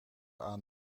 aan